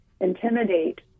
intimidate